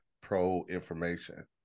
pro-information